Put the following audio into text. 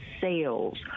sales